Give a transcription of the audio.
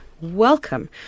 welcome